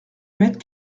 mettre